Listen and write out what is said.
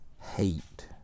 hate